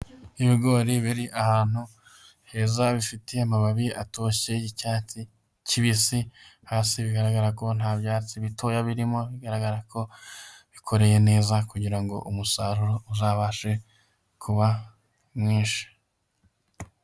Ibigori biri ahantu heza bifite amababi atoshye y'icyatsi kibisi, hasi bigaragara ko nta byatsi bitoya birimo, bigaragara ko bikoreye neza kugira ngo umusaruro uzabashe kuba mwinshi.